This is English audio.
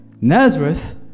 Nazareth